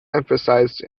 emphasized